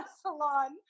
salon